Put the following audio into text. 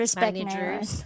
managers